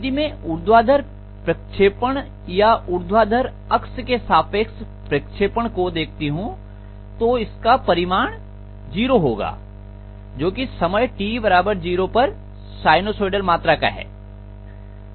यदि मैं ऊर्ध्वाधर प्रक्षेपण या ऊर्ध्वाधर अक्ष के सापेक्ष प्रक्षेपण को देखती हूं तो इसका परिमाण 0 होगा जो कि समय t 0 पर साइनसोइडल मात्रा का है